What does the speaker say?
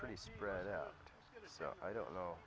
pretty spread out so i don't know